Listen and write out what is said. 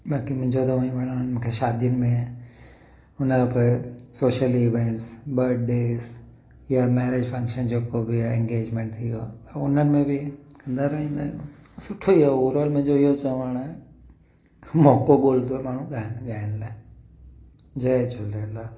बाक़ी मुंहिंजो त उहा ई वणणु उहा शादियुनि में उन खां पोइ सोशल ईवेंट्स बर्डेज़ या मेरिज फंक्शन जेको बि आहे इंगेजमेंट थी वियो उन्हनि में बि ॻाईंदा रहंदा आहियूं सुठो ई आहे ओवर ऑल मुंहिंजो इहो चवण आहे मौक़ो ॻोल्हंदो आहे माण्हू गानो ॻाइण लाइ जय झूलेलाल